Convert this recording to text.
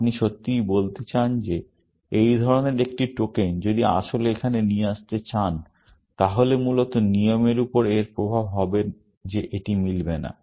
আপনি সত্যিই বলতে চান যে এই ধরনের একটি টোকেন যদি আসলে এখানে নিয়ে আসতে চান তাহলে মূলত নিয়মের উপর এর প্রভাব হবে যে এটি মিলবে না